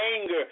anger